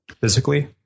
Physically